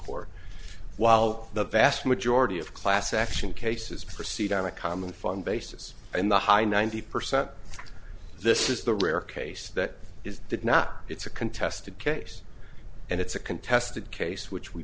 court while the vast majority of class action cases proceed on a common fund basis and the high ninety percent this is the rare case that is did not it's a contested case and it's a contested case which we